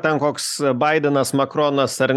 ten koks baidenas makronas ar